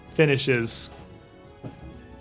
finishes